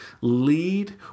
lead